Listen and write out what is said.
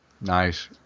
Nice